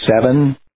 seven